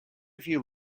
few